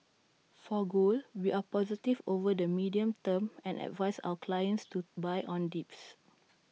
for gold we are positive over the medium term and advise our clients to buy on dips